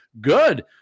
Good